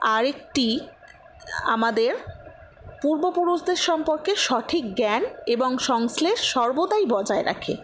আর একটি আমাদের পূর্ব পুরুষদের সম্পর্কে সঠিক জ্ঞান এবং সংশ্লেষ সর্বদাই বজায় রাখে